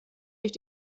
ich